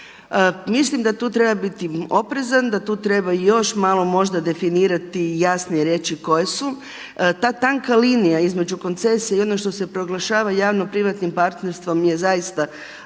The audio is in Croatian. Mislim da tu treba biti oprezan, da tu treba i još malo možda definirati i jasnije reći koje su. Ta tanka linija između koncesije i onog što se proglašava javno-privatnim partnerstvom je zaista